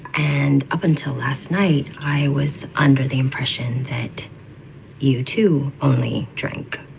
and up until last night, i was under the impression that you, too, only drank